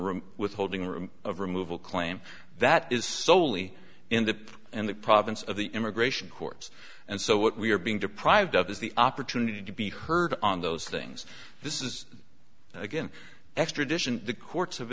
room with holding room of removal claim that is solely in the in the province of the immigration courts and so what we're being deprived of is the opportunity to be heard on those things this is again extradition the courts have